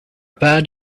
bad